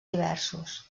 diversos